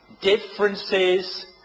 differences